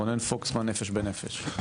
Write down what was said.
רונן פוקסמן, "נפש בנפש".